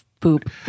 poop